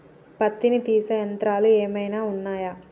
పత్తిని తీసే యంత్రాలు ఏమైనా ఉన్నయా?